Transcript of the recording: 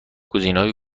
گزینههای